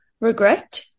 regret